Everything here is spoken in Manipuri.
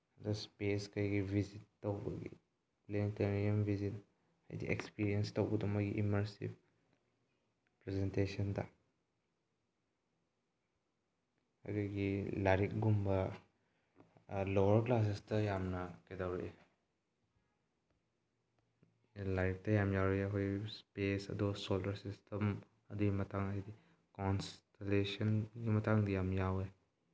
ꯑꯗꯣ ꯏꯁꯄꯦꯁ ꯀꯩꯒꯤ ꯚꯤꯖꯤꯠ ꯇꯧꯕꯒꯤ ꯄ꯭ꯂꯦꯅꯦꯇꯔꯤꯌꯝ ꯚꯤꯖꯤꯠ ꯍꯥꯏꯗꯤ ꯑꯦꯛꯁꯄ꯭ꯔꯤꯌꯦꯟꯁ ꯇꯧꯕꯗꯣ ꯃꯣꯏꯒꯤ ꯏꯃꯔꯁꯤꯞ ꯄ꯭ꯔꯁꯦꯟꯇꯦꯁꯟꯗ ꯑꯗꯒꯤ ꯂꯥꯏꯔꯤꯛꯒꯨꯝꯕ ꯂꯣꯋ꯭ꯔ ꯀ꯭ꯂꯥꯁꯦꯁꯇ ꯌꯥꯝꯅ ꯀꯩꯗꯧꯏ ꯑꯦ ꯂꯥꯏꯔꯤꯛꯇ ꯌꯥꯝ ꯌꯥꯎꯔꯛꯏ ꯑꯩꯈꯣꯏ ꯄꯦꯁ ꯑꯗꯨ ꯁꯣꯂꯔ ꯁꯤꯁꯇꯝ ꯑꯗꯨꯒꯤ ꯃꯇꯥꯡ ꯍꯥꯏꯗꯤ ꯀꯣꯟꯁꯇꯦꯂꯦꯁꯟꯒꯤ ꯃꯇꯥꯡꯗ ꯌꯥꯝ ꯌꯥꯎꯑꯦ